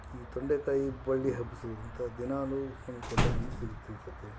ಈ ತೊಂಡೇಕಾಯಿ ಬಳ್ಳಿ ಹಬ್ಸೋದ್ರಿಂದ ದಿನಾಲೂ ನಮ್ಗೆ ತೊಂಡೇ ಹಣ್ಣು ಸಿಗುತ್ತಿರ್ತದೆ